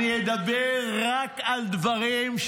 שנייה.